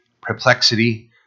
perplexity